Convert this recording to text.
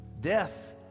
death